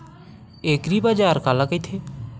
एग्रीबाजार काला कइथे?